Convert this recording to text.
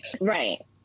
Right